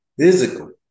Physical